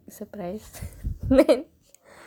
surprised